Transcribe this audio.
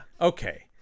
Okay